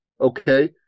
Okay